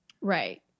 Right